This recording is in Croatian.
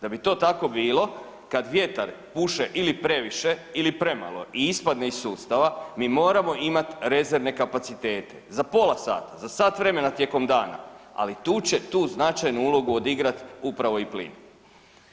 Da bi to tako bilo kad vjetar puše ili previše ili premalo i ispadne iz sustava mi moramo imat rezervne kapacitete za pola sata, za sat vremena tijekom dana, ali tu će tu značajnu ulogu odigrat upravo i plin.